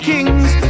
Kings